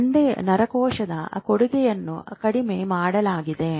ಒಂದೇ ನರಕೋಶದ ಕೊಡುಗೆಯನ್ನು ಕಡಿಮೆ ಮಾಡಲಾಗಿದೆ